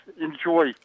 Enjoy